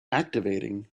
activating